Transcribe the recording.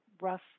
rough